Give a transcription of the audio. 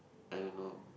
I don't know